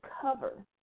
cover